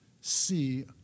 see